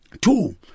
Two